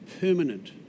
permanent